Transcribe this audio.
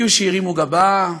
היו שהרימו גבה,